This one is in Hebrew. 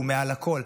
הוא מעל הכול.